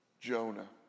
Jonah